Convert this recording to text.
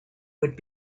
would